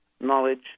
knowledge